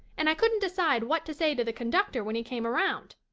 and i couldn't decide what to say to the conductor when he came around.